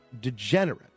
degenerate